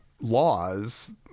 laws